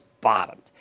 bottomed